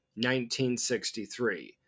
1963